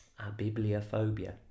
abibliophobia